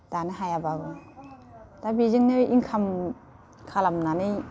दानो हायाबाबो दा बेजोंनो इंखाम खालामनानै